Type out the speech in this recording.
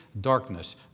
darkness